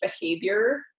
behavior